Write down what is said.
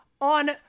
on